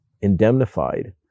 indemnified